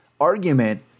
argument